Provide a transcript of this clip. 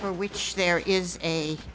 for which there is